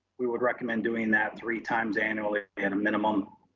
we would recommend doing that three times annually at a minimum,